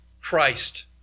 Christ